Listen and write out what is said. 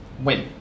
win